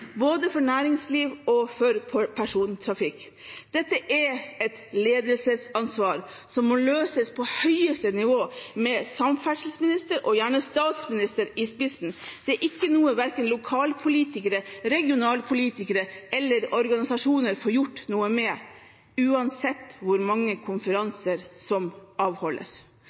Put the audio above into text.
både for næringsliv og for persontrafikk. Dette er et ledelsesansvar som må løses på høyeste nivå, med samferdselsminister – og gjerne statsminister – i spissen. Dette er ikke noe verken lokalpolitikere, regionalpolitikere eller organisasjoner får gjort noe med, uansett hvor mange konferanser som avholdes.